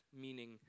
meaning